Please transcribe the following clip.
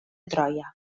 troia